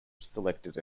selected